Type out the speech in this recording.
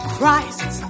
Christ